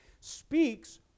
speaks